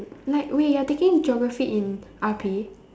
like wait you're taking geography in R_P